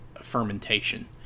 fermentation